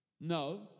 No